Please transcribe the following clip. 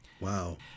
Wow